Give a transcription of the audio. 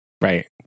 right